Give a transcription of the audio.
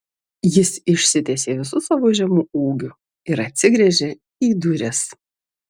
jis išsitiesė visu savo žemu ūgiu ir atsigręžė į duris